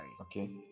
Okay